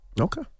Okay